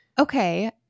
okay